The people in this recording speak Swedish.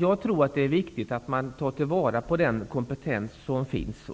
Jag tror att det är viktigt att man tar till vara den kompetens som finns.